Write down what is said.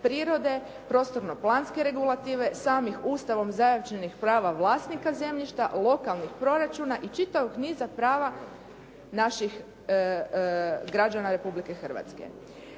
prirode, prostorno-planske regulative, samih ustavom zajamčenih prava vlasnika zemljišta, lokalnih proračuna i čitavog niza prava naših građana Republike Hrvatske.